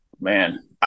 Man